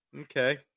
Okay